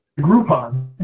Groupon